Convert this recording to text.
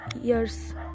years